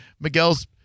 Miguel's